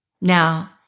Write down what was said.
Now